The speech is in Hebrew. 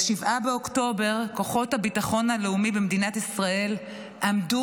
ב-7 באוקטובר כוחות הביטחון הלאומי במדינת ישראל עמדו